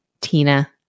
Tina